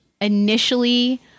initially